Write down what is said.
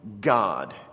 God